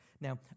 Now